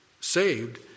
saved